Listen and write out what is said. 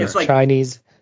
Chinese